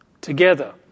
together